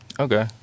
Okay